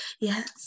Yes